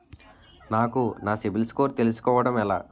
నాకు నా సిబిల్ స్కోర్ తెలుసుకోవడం ఎలా?